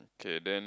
okay then